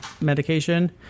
medication